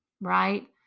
right